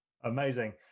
amazing